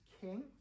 king